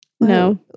No